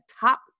top